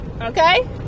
okay